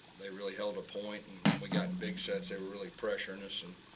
they really held a point. and when we got and big sets, they were really pressuring us and